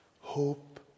Hope